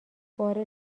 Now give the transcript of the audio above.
بار